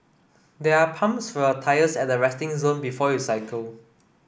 there are pumps for your tyres at the resting zone before you cycle